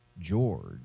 George